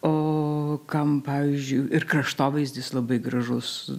o kam pavyzdžiui ir kraštovaizdis labai gražus